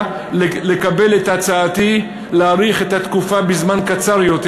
לקבל את הצעתי להאריך את התקופה בזמן קצר יותר,